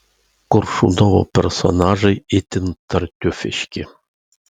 koršunovo personažai itin tartiufiški